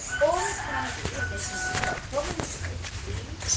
or it can be and they can be quite prominent notes d,